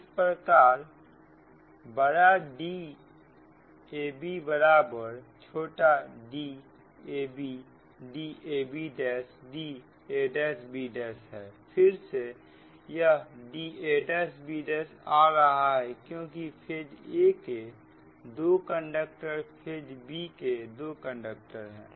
इस प्रकार Dabबराबर dabdabdabहै फिर से यह dab आ रहा है क्योंकि फेज a के दो कंडक्टर फेज b के दो कंडक्टर है